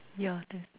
yeah that's